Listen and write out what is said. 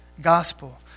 gospel